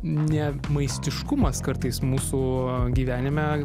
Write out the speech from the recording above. ne maistiškumas kartais mūsų gyvenime